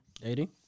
dating